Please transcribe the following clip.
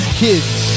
kids